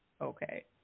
Okay